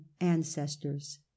ancestors